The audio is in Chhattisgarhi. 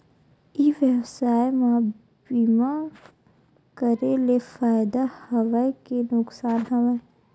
ई व्यवसाय म बीमा करे ले फ़ायदा हवय के नुकसान हवय?